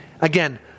Again